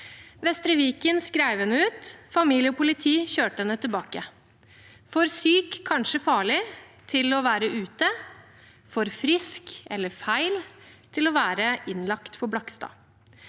Vestre Viken skrev henne ut, familie og politi kjørte henne tilbake. Hun var for syk, kanskje farlig, til å være ute, og for frisk, eller feil, til å være innlagt på Blakstad.